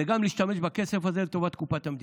וגם להשתמש בכסף הזה לטובת קופת המדינה.